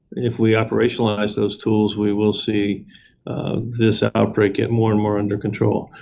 if we operationalize those tools, we will see this ah outbreak get more and more under control.